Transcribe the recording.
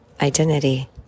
identity